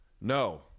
No